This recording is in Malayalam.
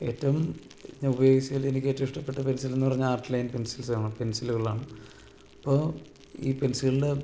ഏറ്റവും ഞാന് ഉപയോഗിച്ചതിൽ എനിക്കേറ്റവും ഇഷ്ടപ്പെട്ട പെൻസിലെന്ന് പറഞ്ഞാല് ആർട്ട് ലൈൻ പെൻസിൽസാണ് പെൻസിലുകളാണ് അപ്പോള് ഈ പെൻസില്